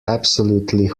absolutely